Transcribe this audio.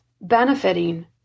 benefiting